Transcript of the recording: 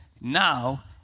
now